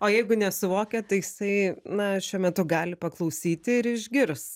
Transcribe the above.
o jeigu nesuvokia tai jisai na šiuo metu gali paklausyti ir išgirs